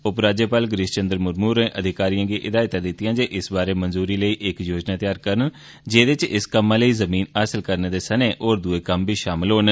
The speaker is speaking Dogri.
उप राज्यपाल गिरिश चन्द्र मुरमू होरें अधिकारियें गी हिदायतां दितियां जे इस बारै मंजूरी लेई इक योजना त्यार करन जेदे च इस कम्मा लेई ज़मीन हासल करने सने होर दूए कम्म बी शामल होन